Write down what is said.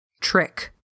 Trick